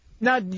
Now